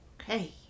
Okay